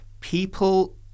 People